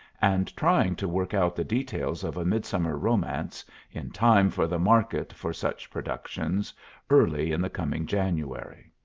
and trying to work out the details of a midsummer romance in time for the market for such productions early in the coming january.